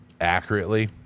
accurately